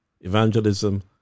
evangelism